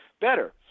better